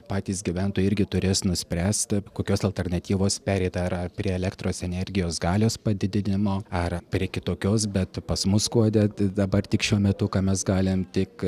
patys gyventojai irgi turės nuspręsti kokios alternatyvos pereit ar ar prie elektros energijos galios padidinimo ar prie kitokios bet pas mus skuode dabar tik šiuo metu ką mes galim tik